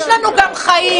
יש לנו גם חיים.